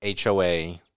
HOA